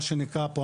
מה שנקרא פה,